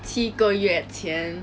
七个月前